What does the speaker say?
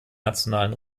nationalen